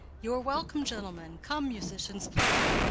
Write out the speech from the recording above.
you are welcome, gentlemen! come, musicians, play.